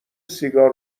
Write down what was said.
سیگار